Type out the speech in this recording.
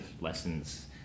lessons